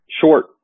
short